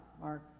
Mark